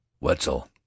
Wetzel